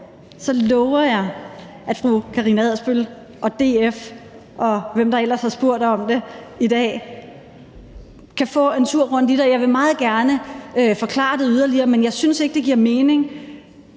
det lover jeg – at fru Karina Adsbøl og DF, og hvem der ellers har spurgt om det i dag, kan få en tur rundt i det, og jeg vil meget gerne forklare det yderligere. Men jeg synes ikke, det giver mening